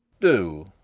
do.